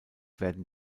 werden